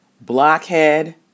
blockhead